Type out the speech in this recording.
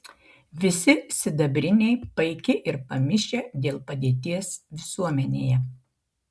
visi sidabriniai paiki ir pamišę dėl padėties visuomenėje